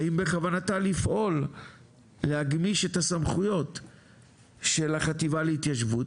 האם בכוונתה לפעול להגמיש את הסמכויות של החטיבה להתיישבות?